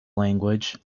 language